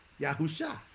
Yahusha